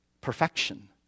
perfection